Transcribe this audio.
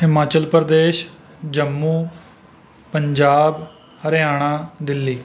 Himachal Pradesh Jammu Punjab Haryana Delhi